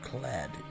clad